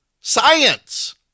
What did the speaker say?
science